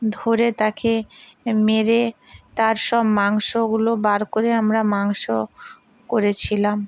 ধরে তাকে মেরে তার সব মাংসগুলো বার করে আমরা মাংস করেছিলাম